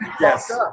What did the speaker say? Yes